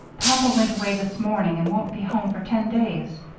papa went away this morning and won't be home for ten days.